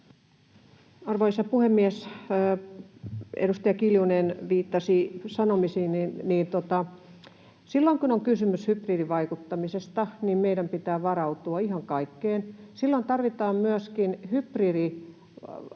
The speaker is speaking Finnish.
Arvoisa puhemies! Edustaja Kiljunen viittasi sanomisiini. Silloin kun on kysymys hybridivaikuttamisesta, niin meidän pitää varautua ihan kaikkeen. Silloin tarvitaan myöskin hybridityökalut,